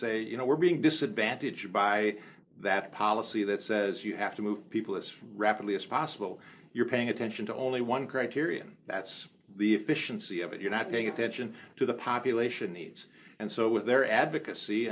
say you know we're being disadvantaged by that policy that says you have to move people as from rapidly as possible you're paying it to the only one criterion that's the efficiency of it you're not paying attention to the population it's and so with their advocacy